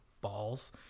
balls